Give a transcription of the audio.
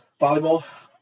volleyball